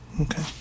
Okay